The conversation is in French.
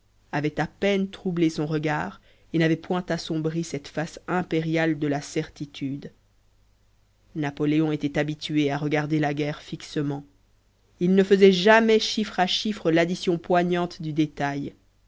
avaient à peine troublé son regard et n'avaient point assombri cette face impériale de la certitude napoléon était habitué à regarder la guerre fixement il ne faisait jamais chiffre à chiffre l'addition poignante du détail